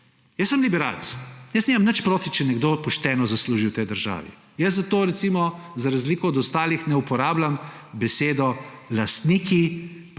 Jaz sem liberalec, jaz nimam nič proti, če nekdo pošteno zasluži v tej državi. Zato za razliko od ostalih ne uporabljam besed lastniki